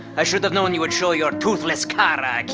i should have known you would show your toothless cara aqui.